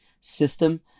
system